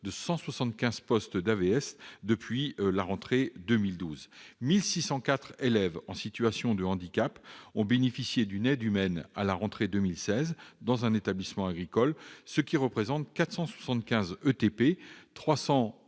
de 175 postes d'AVS depuis la rentrée 2012. Ainsi, 1 604 élèves en situation de handicap ont bénéficié d'une aide humaine à la rentrée 2016 dans un établissement agricole, ce qui représente 475